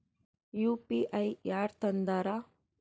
UPI ಯಾರ್ ತಂದಾರ?